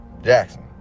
jackson